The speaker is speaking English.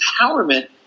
empowerment